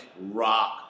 rock